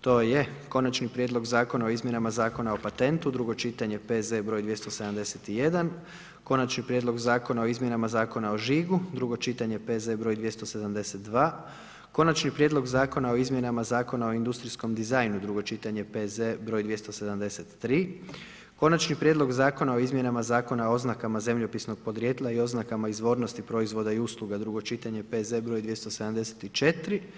To je: - Konačni prijedlog Zakona o izmjenama Zakona o patentu, drugo čitanje, P.Z. br. 271 - Konačni prijedlog Zakona o izmjenama Zakona o žigu, drugo čitanje P.Z. br. 272 - Konačni prijedlog Zakona o izmjenama Zakona o industrijskom dizajnu, drugo čitanje P.Z. br. 273 - Konačni prijedlog Zakona o izmjenama Zakona o oznakama zemljopisnog podrijetla i oznakama izvornosti proizvoda i usluga, drugo čitanje, P.Z. br. 274 -